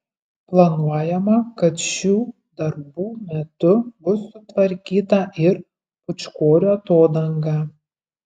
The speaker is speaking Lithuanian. planuojama kad šių darbų metu bus sutvarkyta ir pūčkorių atodanga